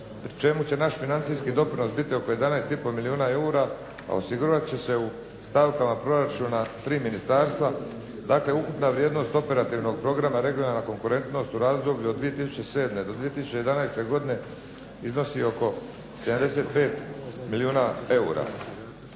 pri čemu će naš financijski doprinos biti oko 11,5 milijuna eura, a osigurat će se u stavkama proračuna 3 ministarstva. Dakle, ukupna vrijednost operativnog programa "Regionalna konkurentnost" u razdoblju od 2007. do 2011. godine iznosi oko 75 milijuna eura.